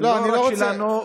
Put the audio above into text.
לא רק שלנו,